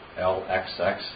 LXX